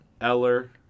Eller